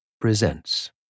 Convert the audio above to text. presents